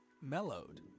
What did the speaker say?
mellowed